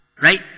Right